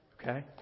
Okay